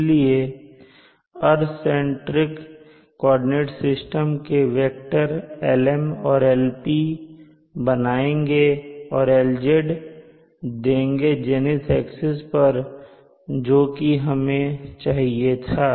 इसलिए earth centric coordinate system के vector Lm और Lp बनाएँगे और Lz देंगे जेनिथ एक्सिस पर जो कि हमें चाहिए था